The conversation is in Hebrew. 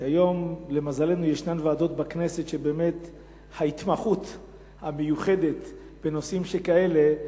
שהיום למזלנו ישנן ועדות בכנסת שההתמחות המיוחדת בנושאים שכאלה,